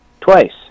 twice